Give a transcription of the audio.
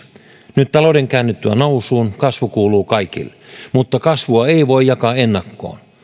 nyt talouden käännyttyä nousuun kasvu kuuluu kaikille mutta kasvua ei voi jakaa ennakkoon